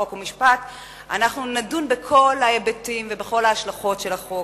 חוק ומשפט אנחנו נדון בכל ההיבטים ובכל ההשלכות של החוק,